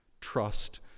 Trust